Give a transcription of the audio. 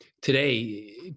today